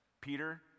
peter